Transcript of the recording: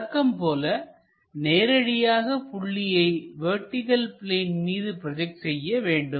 வழக்கம்போல நேரடியாக புள்ளியை வெர்டிகள் பிளேன் மீது ப்ரோஜெக்ட் செய்ய வேண்டும்